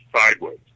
sideways